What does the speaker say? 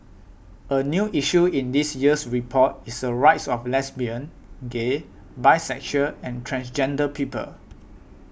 a new issue in this year's report is the rights of lesbian gay bisexual and transgender people